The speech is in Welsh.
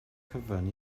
cyfan